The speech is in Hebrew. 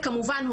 כמובן,